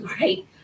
right